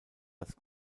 das